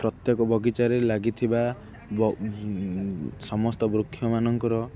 ପ୍ରତ୍ୟେକ ବଗିଚାରେ ଲାଗିଥିବା ସମସ୍ତ ବୃକ୍ଷମାନଙ୍କର